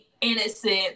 innocent